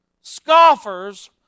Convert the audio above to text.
scoffers